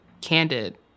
candid